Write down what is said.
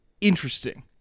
interesting